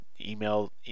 email